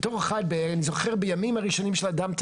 אני זוכר בימים הראשונים של אדם,